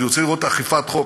אני רוצה לראות אכיפת חוק,